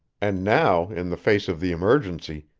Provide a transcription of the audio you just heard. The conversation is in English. and now, in the face of the emergency,